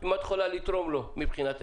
אם את יכולה לתרום לו מצדך.